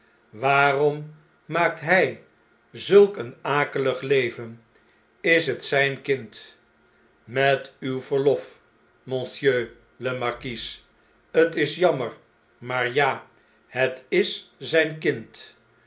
waarom maakt hjj zulk een akelig leven is het zjjn kind met uw verlof monsieurlemarquis t is jammer maar ja het is zgn kind